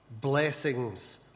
blessings